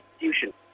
institution